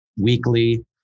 weekly